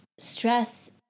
stress